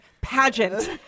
pageant